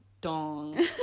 dong